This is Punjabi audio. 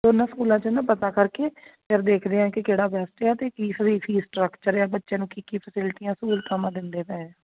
ਦੋਨਾਂ ਸਕੂਲਾਂ 'ਚ ਨਾ ਪਤਾ ਕਰਕੇ ਫਿਰ ਦੇਖਦੇ ਹਾਂ ਕਿ ਕਿਹੜਾ ਬੈਸਟ ਹੈ ਆ ਅਤੇ ਕਿਸ ਲਈ ਫੀਸ ਸਟਰਕਚਰ ਹੈ ਆ ਬੱਚੇ ਨੂੰ ਕੀ ਕੀ ਫੈਸਿਲਿਟੀਆਂ ਸਹੂਲਤਾਵਾਂ ਦਿੰਦੇ ਪਏ ਆ